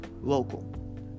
local